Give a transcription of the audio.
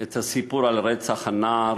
את הסיפור על רצח הנער